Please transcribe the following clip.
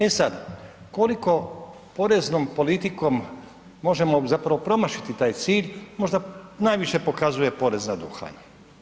E sad, koliko poreznom politikom možemo zapravo promašiti taj cilj možda najviše pokazuje porez na duhan.